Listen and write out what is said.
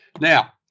Now